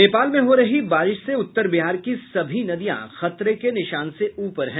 नेपाल में हो रही बारिश से उत्तर बिहार की सभी नदियां खतरे के निशान से ऊपर हैं